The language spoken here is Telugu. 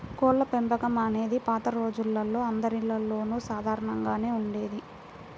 కోళ్ళపెంపకం అనేది పాత రోజుల్లో అందరిల్లల్లోనూ సాధారణంగానే ఉండేది